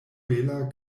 bela